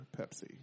Pepsi